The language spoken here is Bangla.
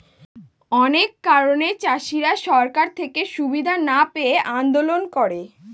অনেক কারণে চাষীরা সরকার থেকে সুবিধা না পেয়ে আন্দোলন করে